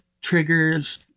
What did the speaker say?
triggers